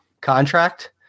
contract